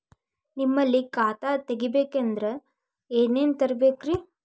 ನಿಮ್ಮಲ್ಲಿ ಖಾತಾ ತೆಗಿಬೇಕಂದ್ರ ಏನೇನ ತರಬೇಕ್ರಿ?